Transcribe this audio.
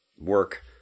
work